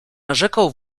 narzekał